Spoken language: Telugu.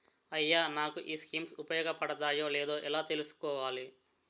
అయ్యా నాకు ఈ స్కీమ్స్ ఉపయోగ పడతయో లేదో ఎలా తులుసుకోవాలి?